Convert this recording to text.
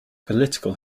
political